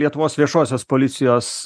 lietuvos viešosios policijos